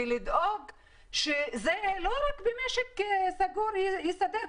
ולדאוג שזה לא רק במשק סגור יסתדר,